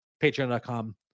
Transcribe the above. patreon.com